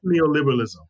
neoliberalism